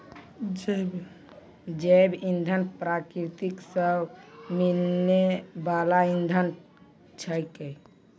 जैव इंधन प्रकृति सॅ मिलै वाल इंधन छेकै